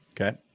Okay